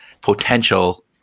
potential